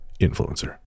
Influencer